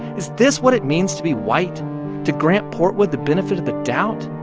is this what it means to be white to grant portwood the benefit of the doubt?